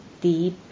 deep